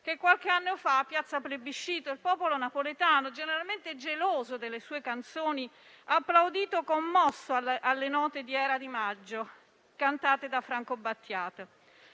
qualche anno fa a piazza Plebiscito il popolo napoletano, generalmente geloso delle sue canzoni, ha applaudito commosso alle note di «Era di maggio» cantate da Franco Battiato.